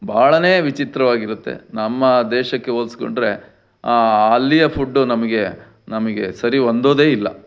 ಭಾಳನೇ ವಿಚಿತ್ರವಾಗಿರುತ್ತೆ ನಮ್ಮ ದೇಶಕ್ಕೆ ಹೋಲಿಸ್ಕೊಂಡ್ರೆ ಅಲ್ಲಿಯ ಫುಡ್ದು ನಮಗೆ ನಮಗೆ ಸರಿ ಹೊಂದೊದೇ ಇಲ್ಲ